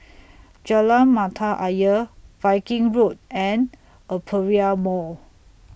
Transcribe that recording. Jalan Mata Ayer Viking Road and Aperia Mall